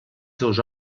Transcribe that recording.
seus